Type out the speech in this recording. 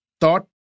thought